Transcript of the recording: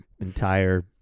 entire